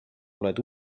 oled